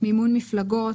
מימון מפלגות,